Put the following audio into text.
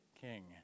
king